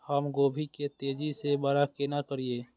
हम गोभी के तेजी से बड़ा केना करिए?